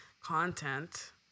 content